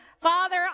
Father